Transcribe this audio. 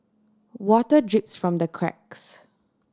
water drips from the cracks